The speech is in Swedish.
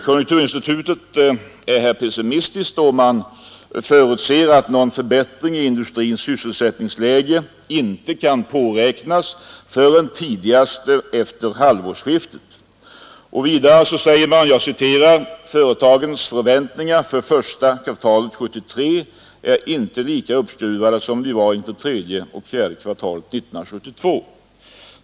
Konjunkturinstitutet är här pessimistiskt och förutser att någon förbättring i industrins sysselsättningsläge inte kan påräknas förrän tidigast efter halvårsskiftet. Och vidare sägs: ”Företagens förväntningar för första kvartalet 1973 är inte lika uppskruvade som de var inför tredje och fjärde kvartalen 1972.